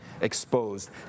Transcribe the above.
exposed